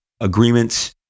agreements